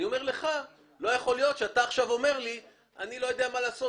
אני אומר לך שלא יכול להיות שאתה עכשיו אומר לי: "אני לא יודע מה לעשות,